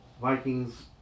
Vikings